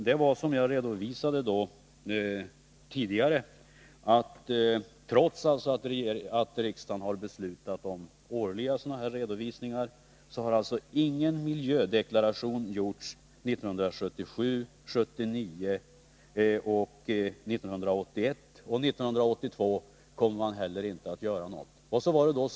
Som jag sade förut förhåller det sig så, att trots att riksdagen har beslutat om årliga redovisningar har ingen miljödeklaration gjorts 1977, 1979 och 1981. Inte heller kommer man att göra någon deklaration 1982.